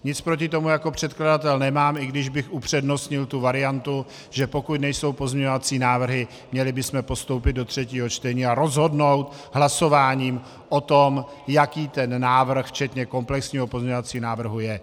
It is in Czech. Nic proti tomu jako předkladatel nemám, i když bych upřednostnil tu variantu, že pokud nejsou pozměňovací návrhy, měli bychom postoupit do třetího čtení a rozhodnout hlasováním o tom, jaký ten návrh, včetně komplexního pozměňovacího návrhu, je.